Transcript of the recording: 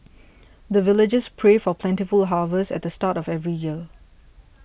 the villagers pray for plentiful harvest at the start of every year